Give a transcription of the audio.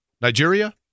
Nigeria